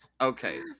okay